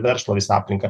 verslo visą aplinką